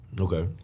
Okay